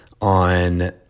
on